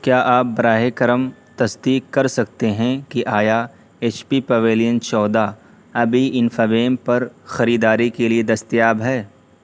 کیا آپ براہ کرم تصدیق کر سکتے ہیں کہ آیا ایچ پی پویلین چودہ ابھی پر خریداری کے لیے دستیاب ہے